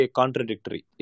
contradictory